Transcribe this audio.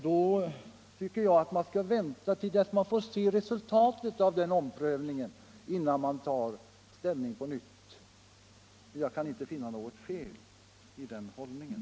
Då tycker jag, att man skall vänta tills man får se resultatet av den omprövningen innan man tar ställning på nytt. Jag kan inte finna något fel i den hållningen.